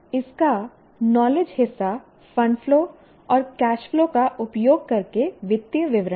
इसका नॉलेज हिस्सा fund flow और कैश फ्लो का उपयोग करके वित्तीय विवरण है